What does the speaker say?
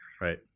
Right